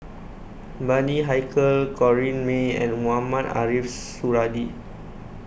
Bani Haykal Corrinne May and Mohamed Ariff Suradi